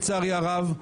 לצערי הרב,